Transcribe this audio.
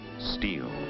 steel